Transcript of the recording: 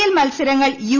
L മത്സരങ്ങൾ U